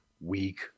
weak